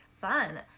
fun